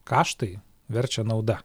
kaštai verčia nauda